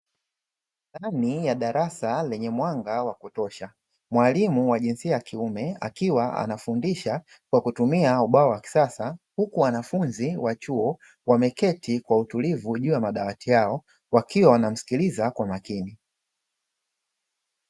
Ndani ya darasa lenye mwanga wa kutosha, mwalimu wa jinsia ya kiume akiwa anafundisha kwa kutumia ubao wa kisasa, huku wanafunzi wa chuo wameketi kwa utulivu juu ya madawati yao wakiwa wanamsikiliza kwa makini.